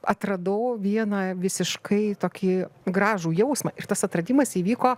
atradau vieną visiškai tokį gražų jausmą ir tas atradimas įvyko